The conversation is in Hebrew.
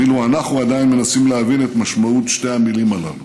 ואילו אנחנו עדיין מנסים להבין את משמעות שתי המילים הללו.